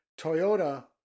toyota